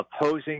opposing